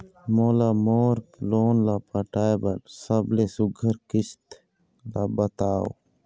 मोला मोर लोन ला पटाए बर सबले सुघ्घर किस्त ला बताव?